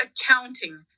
accounting